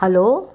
hello